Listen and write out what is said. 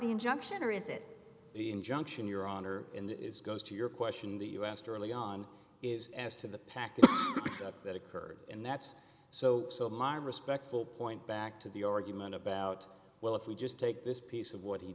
the injunction or is it the injunction your honor in that is goes to your question in the us too early on is as to the package that occurred and that's so so my respectful point back to the argument about well if we just take this piece of what he